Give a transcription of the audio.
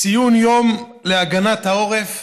יום הגנת העורף.